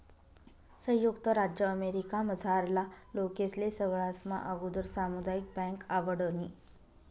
संयुक्त राज्य अमेरिकामझारला लोकेस्ले सगळास्मा आगुदर सामुदायिक बँक आवडनी